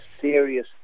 serious